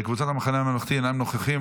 קבוצת המחנה הממלכתי אינם נוכחים,